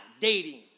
dating